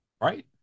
Right